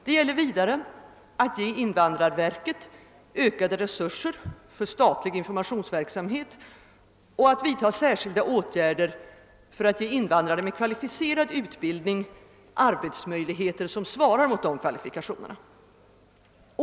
Det gäller vidare att ge invandrarverket ökade resurser för statlig informationsverksamhet och att vidta särskilda åtgärder för att ge invandrare med kvalificerad utbildning arbetsmöjligheter som svarar mot deras kvalifikationer.